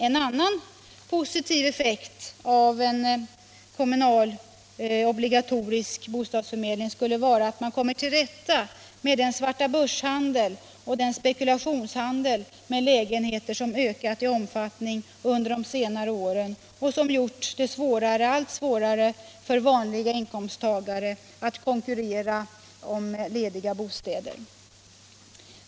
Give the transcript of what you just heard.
En annan positiv effekt av en obligatorisk kommunal bostadsförmedling skulle vara att man kommer till rätta med den svartabörshandel och den spekulationshandel med lägenheter som ökat i omfattning under senare år och som gjort det allt svårare för vanliga inkomsttagare att konkurrera om lediga bostäder.